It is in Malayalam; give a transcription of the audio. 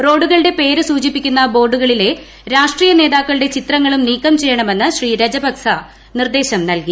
റോഡുകളുടെ പേര് സൂചിപ്പിക്കുന്ന ബോർഡുകളിലെ രാഷ്ട്രീയ നേതാക്കളുടെ ചിത്രങ്ങളും നീക്കം ചെയ്യണമെന്ന് ശ്രീ രജപക്സ നിർദ്ദേശം നൽകി